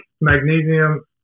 magnesium